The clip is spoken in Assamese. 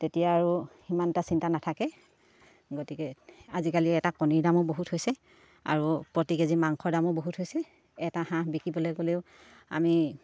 তেতিয়া আৰু সিমানটা চিন্তা নাথাকে গতিকে আজিকালি এটা কণীৰ দামো বহুত হৈছে আৰু প্ৰতি কেজি মাংসৰ দামো বহুত হৈছে এটা হাঁহ বিকিবলৈ গ'লেও আমি